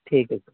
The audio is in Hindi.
ठीक है सर